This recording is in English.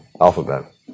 alphabet